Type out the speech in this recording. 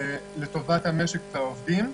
לטובת המשק והעובדים.